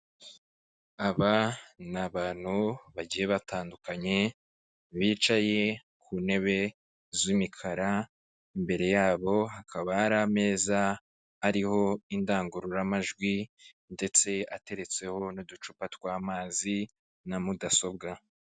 Aba ni abantu bagiye batandukanye, bicaye ku ntebe z'imikara, imbere yabo hakaba hari ameza ariho indangururamajwi, ndetse ateretseho n'uducupa tw'amazi, na mudasobwa.